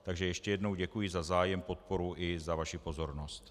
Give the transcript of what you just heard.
Takže ještě jednou děkuji za zájem, podporu i za vaši pozornost.